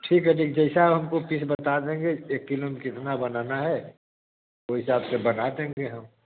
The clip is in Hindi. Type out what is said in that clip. ठीक है ठीक जैसा आप हमको पीस बता देंगे एक किलो में कितना बनाना है वही हिसाब से बना देंगे हम